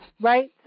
Right